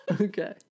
Okay